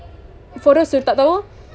for those who tak tahu